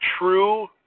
true